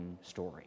story